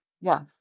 Yes